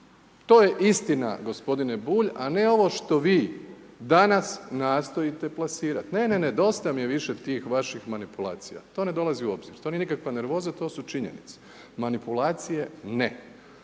To je istina gospodine Bulj a ne ovo što vi danas nastojite plasirati. Ne, ne, ne, dosta mi je više tih vaših manipulacija. To ne dolazi u obzir. To nije nikakva nervoza to su činjenice, manipulacije ne.